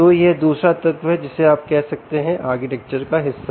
तो यह दूसरा तत्व है जिसे आप कह सकते हैं आर्किटेक्चर का हिस्सा